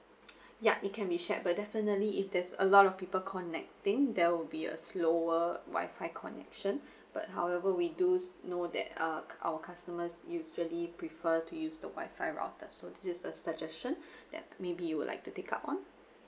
ya it can be shared but definitely if there's a lot of people connecting there will be a slower Wi-Fi connection but however we do know that uh customers usually prefer to use the Wi-Fi router so just a suggestion that maybe you would like to take up one